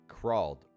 crawled